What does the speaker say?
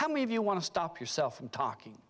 how many of you want to stop yourself from talking